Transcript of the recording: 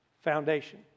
foundation